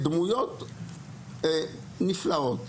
דמויות נפלאות.